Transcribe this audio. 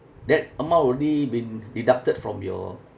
that amount already been deducted from your